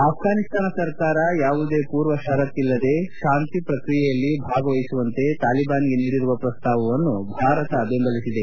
ಆಫ್ರಾನಿಸ್ತಾನ ಸರ್ಕಾರ ಯಾವುದೇ ಪೂರ್ವ ಷರತ್ತಿಲ್ಲದೆ ಶಾಂತಿ ಪ್ರಕ್ರಿಯೆಯಲ್ಲಿ ಭಾಗವಹಿಸುವಂತೆ ತಾಲಿಬಾನ್ಗೆ ನೀಡಿರುವ ಪ್ರಸ್ತಾವವನ್ನು ಭಾರತ ಬೆಂಬಲಿಸಿದೆ